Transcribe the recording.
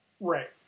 Right